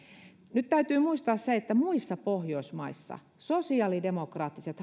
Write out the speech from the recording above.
nyt täytyy muistaa se että muissa pohjoismaissa sosiaalidemokraattien